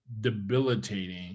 debilitating